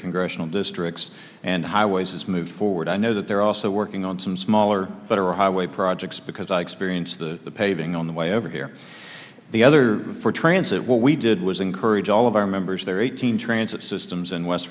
congressional districts and highways as we move forward i know that they're also working on some smaller federal highway projects because i experienced the paving on the way over here the other for transit what we did was encourage all of our members there eighteen transit systems in west